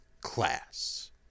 class